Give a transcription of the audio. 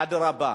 אדרבה.